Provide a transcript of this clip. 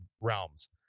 realms